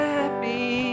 Happy